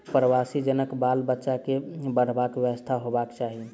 प्रवासी जनक बाल बच्चा के पढ़बाक व्यवस्था होयबाक चाही